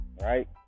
right